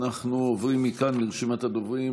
אנחנו עוברים מכאן לרשימת הדוברים.